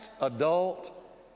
adult